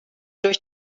durch